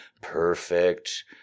perfect